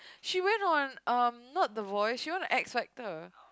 she went on the not um the Voice show went on X-Factor